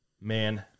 Man